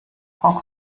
frau